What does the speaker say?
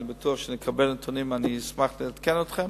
וכשאקבל נתונים אשמח לעדכן אתכם.